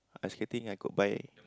ice skating I could by